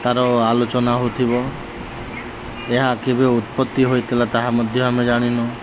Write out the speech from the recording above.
ତାର ଆଲୋଚନା ହଉଥିବ ଏହା କେବେ ଉତ୍ପତ୍ତି ହୋଇଥିଲା ତାହା ମଧ୍ୟ ଆମେ ଜାଣିନୁ